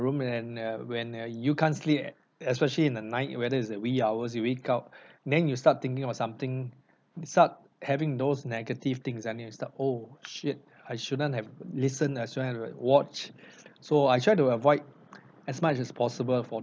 room and uh when uh you can't sleep es~ especially in the night whether it's a wee hours you wake up and then you start thinking about something start having those negative things I need to start oh shit I shouldn't have listened as well as watched so I try to avoid as much as possible for